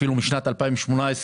אפילו משנת 2018,